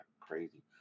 crazy